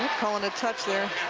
calling a touch there.